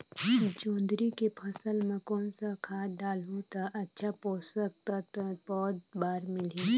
जोंदरी के फसल मां कोन सा खाद डालहु ता अच्छा पोषक तत्व पौध बार मिलही?